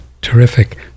terrific